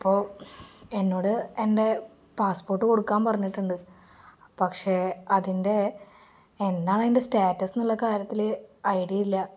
അപ്പോള് എന്നോട് എൻ്റെ പാസ്പോർട്ട് കൊടുക്കാൻ പറഞ്ഞിട്ടുണ്ട് പക്ഷേ അതിൻ്റെ എന്താണ് അതിൻ്റെ സ്റ്റാറ്റസെന്നുള്ള കാര്യത്തില് ഐഡിയയില്ല